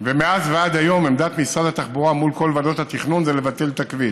ומאז ועד היום עמדת משרד התחבורה מול כל ועדות התכנון זה לבטל את הכביש.